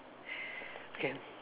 can